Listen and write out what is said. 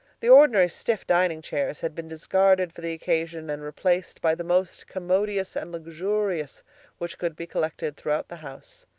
the ordinary stiff dining chairs had been discarded for the occasion and replaced by the most commodious and luxurious which could be collected throughout the house.